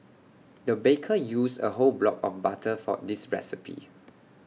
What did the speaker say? the baker used A whole block of butter for this recipe